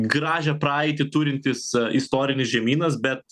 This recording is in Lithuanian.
gražią praeitį turintis istorinis žemynas bet